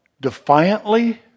defiantly